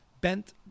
Bent